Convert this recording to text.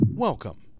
Welcome